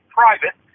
private